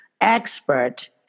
expert